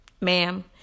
Ma'am